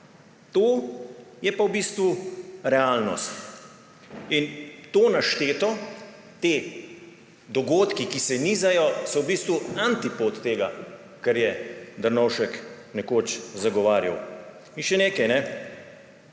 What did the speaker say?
To je pa v bistvu realnost. To našteto, ti dogodki, ki se nizajo, so v bistvu antipod tega, kar je Drnovšek nekoč zagovarjal. In še nekaj.